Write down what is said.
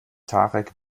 tarek